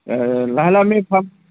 লাহে লাহে আমি ফাৰ্ম